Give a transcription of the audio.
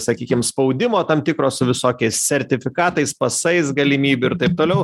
sakykim spaudimo tam tikro su visokiais sertifikatais pasais galimybių ir taip toliau